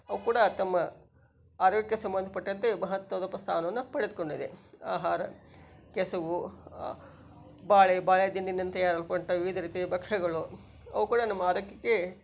ಅವೂ ಕೂಡ ತಮ್ಮ ಆರೋಗ್ಯಕ್ಕೆ ಸಂಬಂಧಪಟ್ಟಂತೆ ಮಹತ್ವದ ಪ ಸ್ಥಾನವನ್ನು ಪಡೆದುಕೊಂಡಿದೆ ಆಹಾರ ಕೆಸುವು ಬಾಳೆ ಬಾಳೆ ದಿಂಡಿನಿಂದ ತಯಾರುಪಟ್ಟ ವಿವಿಧ ರೀತಿಯ ಭಕ್ಷ್ಯಗಳು ಅವೂ ಕೂಡ ನಮ್ಮ ಆರೋಗ್ಯಕ್ಕೆ